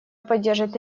поддержит